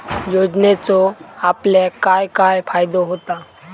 योजनेचो आपल्याक काय काय फायदो होता?